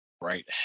right